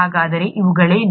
ಹಾಗಾದರೆ ಇವುಗಳೇನು